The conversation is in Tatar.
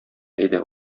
әйдә